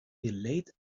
relate